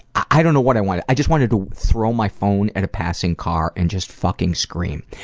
i don't know what i wanted. i just wanted to throw my phone at a passing car and just fucking scream.